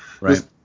Right